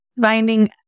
finding